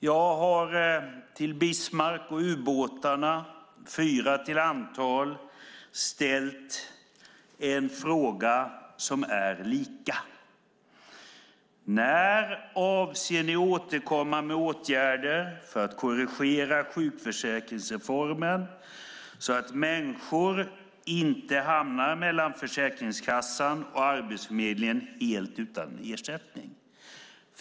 Jag har till Bismarck och ubåtarna, fyra till antal, ställt en fråga som är lika: När avser ni att återkomma med åtgärder för att korrigera sjukförsäkringsreformen så att människor inte hamnar mellan Försäkringskassan och Arbetsförmedlingen helt utan ersättning?